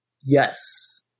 Yes